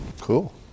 Cool